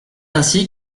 ainsi